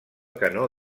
canó